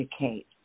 educate